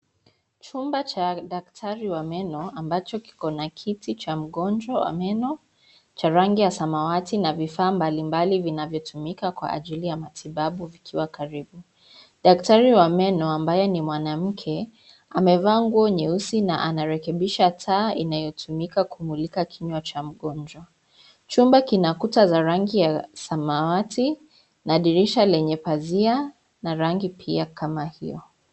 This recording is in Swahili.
Chumba cha daktari wa meno ambacho kiko na kiti cha mgonjwa wa meno, cha rangi ya samawati na vifaa mbali mbali vinavyotumika kwa ajili ya matibabau vikiwa karibu. Daktari wa meno ambaye ni mwanamke, amevaa nguo nyeusi na anarekebisha taa inayotumika kumulika kinywa cha mgonjwa. Chumba kina kuta za rangi ya, samawati, na dirisha lenye pazia, na rangi pia kama hiyo.